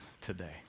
today